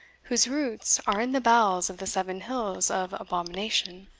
whose roots are in the bowels of the seven hills of abomination